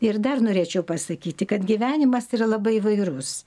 ir dar norėčiau pasakyti kad gyvenimas yra labai įvairus